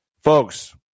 folks